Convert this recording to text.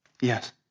Yes